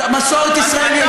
מסורת ישראל,